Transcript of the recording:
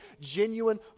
genuine